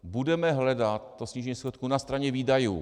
Budeme hledat to snížení schodku na straně výdajů.